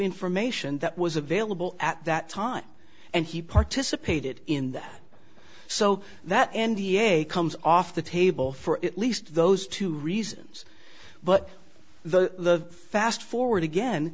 information that was available at that time and he participated in that so that n d a comes off the table for at least those two reasons but the fast forward again